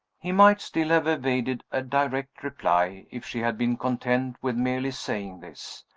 he might still have evaded a direct reply, if she had been content with merely saying this.